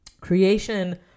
Creation